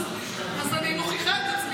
אז אני מוכיחה את עצמי,